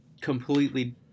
completely